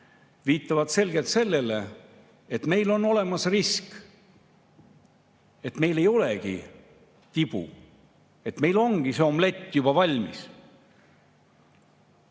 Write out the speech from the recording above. viitavad selgelt sellele, et meil on olemas risk, et meil ei olegi tibu, meil ongi omlett juba valmis.